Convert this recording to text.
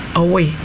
away